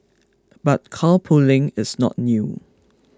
but carpooling is not new